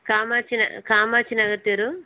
காமாட்சி ந காமாட்சி நகர் தெரு